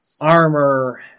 armor